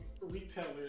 retailers